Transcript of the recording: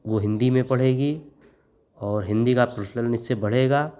वह हिन्दी में पढ़ेगी और हिन्दी का प्रचलन इससे बढ़ेगा